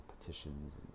petitions